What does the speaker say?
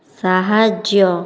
ସାହାଯ୍ୟ